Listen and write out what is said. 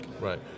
Right